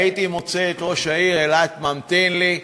הייתי מוצא את ראש העיר אילת ממתין לי: